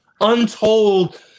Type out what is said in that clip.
untold